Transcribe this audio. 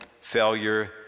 failure